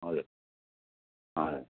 हजुर हजुर